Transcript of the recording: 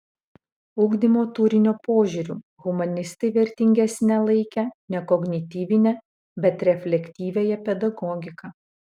ugdymo turinio požiūriu humanistai vertingesne laikė ne kognityvinę bet reflektyviąją pedagogiką